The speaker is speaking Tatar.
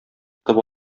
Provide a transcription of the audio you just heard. тотып